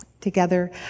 together